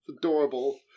Adorable